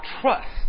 trust